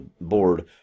board